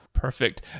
Perfect